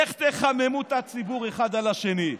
איך תחממו את הציבור אחד על השני,